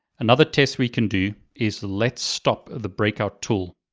another test we can do, is lets stop the breakout tool.